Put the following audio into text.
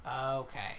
okay